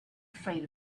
afraid